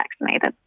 vaccinated